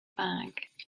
bag